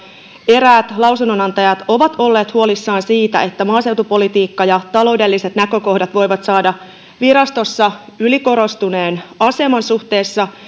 eräät lausunnonantajat ovat olleet huolissaan siitä että maaseutupolitiikka ja taloudelliset näkökohdat voivat saada virastossa ylikorostuneen aseman suhteessa